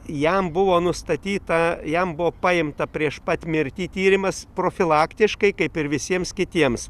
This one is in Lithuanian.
jam buvo nustatyta jam buvo paimta prieš pat mirtį tyrimas profilaktiškai kaip ir visiems kitiems